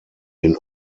den